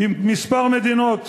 כמה מדינות